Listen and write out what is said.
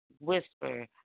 whisper